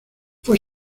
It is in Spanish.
fue